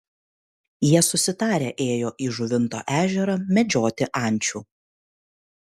jie susitarę ėjo į žuvinto ežerą medžioti ančių